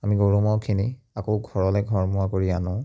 আমি গৰু ম'হখিনি আকৌ ঘৰলৈ ঘৰমুৱা কৰি আনো